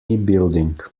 building